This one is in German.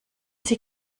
sie